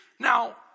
Now